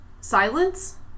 silence